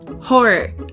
Horror